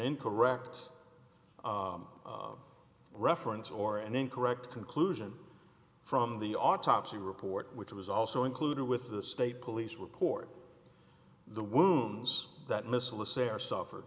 incorrect reference or an incorrect conclusion from the autopsy report which was also included with the state police report the wounds that missile to say are suffered